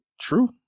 True